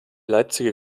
leipziger